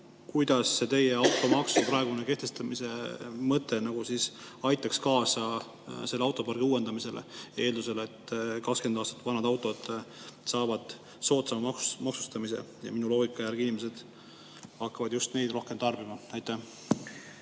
kuidas teie automaksu kehtestamise mõte aitaks kaasa autopargi uuendamisele, eeldusel, et 20 aastat vanad autod saavad soodsama maksustamise. Minu loogika järgi inimesed hakkavad just neid rohkem tarbima. Aitäh!